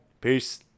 Peace